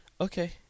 Okay